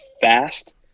fast